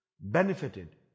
benefited